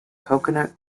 coconut